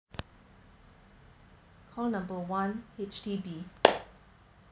call number one H_D_B